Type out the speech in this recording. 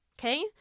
Okay